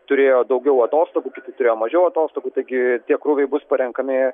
turėjo daugiau atostogų kiti turėjo mažiau atostogų taigi tie krūviai bus parenkami